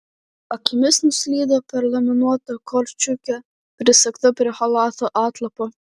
akimis nuslydo per laminuotą korčiukę prisegtą prie chalato atlapo